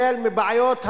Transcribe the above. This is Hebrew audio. מי מקבל הקלות?